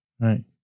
Right